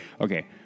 okay